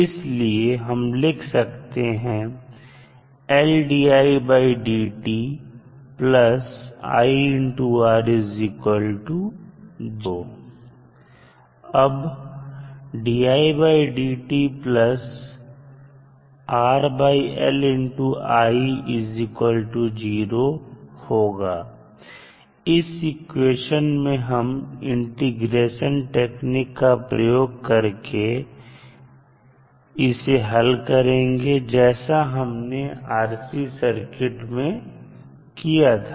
इसलिए हम लिख सकते हैं iR0 इस इक्वेशन में हम इंटीग्रेशन टेक्निक का प्रयोग करके इसे हल करेंगे जैसा हमने RC सर्किट में किया था